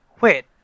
Wait